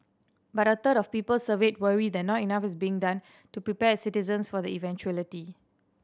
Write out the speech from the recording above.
but a third of people surveyed worry that not enough is being done to prepare citizens for the eventuality